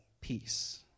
peace